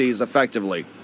effectively